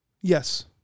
Yes